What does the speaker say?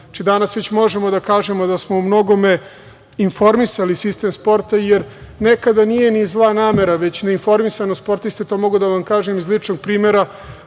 danas već možemo da kažemo da smo u mnogome informisali sistem sporta, jer nekada nije ni zla namera, već neinformisanost sportista. To mogu da vam kažem iz ličnog primera,